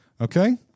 Okay